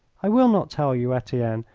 i will not tell you, etienne,